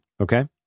Okay